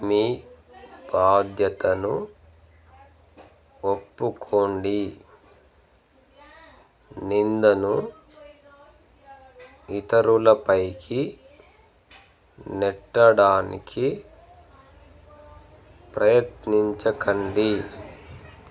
మీ బాధ్యతను ఒప్పుకోండి నిందను ఇతరులపైకి నెట్టడానికి ప్రయత్నించకండి